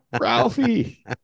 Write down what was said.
Ralphie